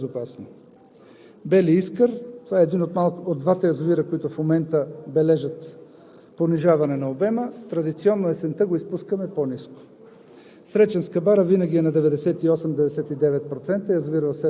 Проблем с язовир „Искър“ няма, има много вода и в момента поддържаме нивото, за да е безопасно. „Бели Искър“ е един от двата язовира, които в момента бележат понижаване на обема и традиционно през есента го изпускаме по-ниско.